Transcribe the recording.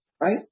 right